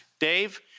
Dave